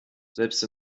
selbst